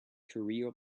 carrier